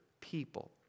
people